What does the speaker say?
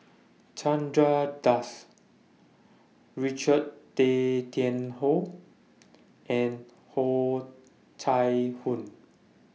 Chandra Das Richard Tay Tian Hoe and Oh Chai Hoo